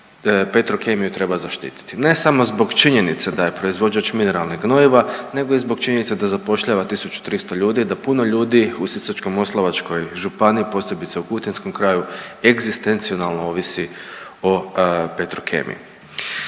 Petrokemiju treba zaštiti. Ne samo zbog činjenice da je proizvođač mineralnih gnojiva, nego i zbog činjenice da zapošljava 1.300 ljudi, da puno ljudi u Sisačko-moslavačkoj županiji posebice u kutinskom kraju egzistencijalno ovisi o Petrokemiji.